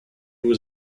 was